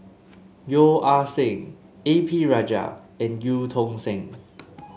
Yeo Ah Seng A P Rajah and Eu Tong Sen